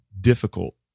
difficult